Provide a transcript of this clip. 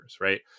right